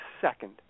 second